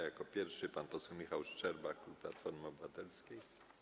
Jako pierwszy pan poseł Michał Szczerba, klub Platformy Obywatelskiej.